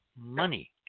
money